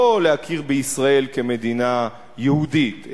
לא להכיר בישראל כמדינה יהודית,